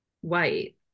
white